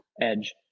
edge